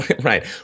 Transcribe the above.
Right